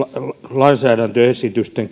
lainsäädäntöesitysten